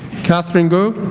katharine guo